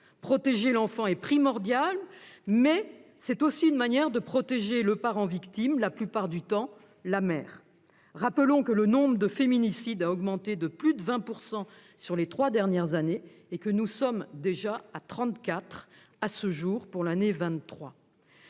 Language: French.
Protéger l'enfant est primordial, mais c'est aussi une manière de protéger le parent victime, la plupart du temps la mère. Rappelons que le nombre de féminicides a augmenté de plus de 20 % lors des trois dernières années et que nous en sommes à 34, déjà, pour l'année 2023.